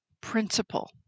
principle